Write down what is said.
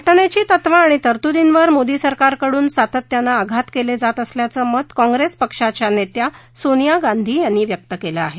घटनेची तत्व आणि तरतूर्दीवर मोदी सरकारकडून सातत्यानं आघात केले जात असल्याचं मत काँग्रेस पक्षाच्या नेत्या सोनिया गांधी यांनी व्यक्त केलं आहे